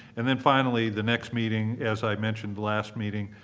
and then finally, the next meeting, as i mentioned, the last meeting,